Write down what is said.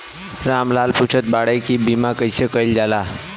राम लाल पुछत बाड़े की बीमा कैसे कईल जाला?